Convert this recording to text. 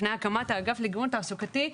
לפני הקמת האגף לגיוון תעסוקתי,